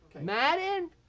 Madden